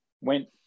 went